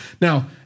Now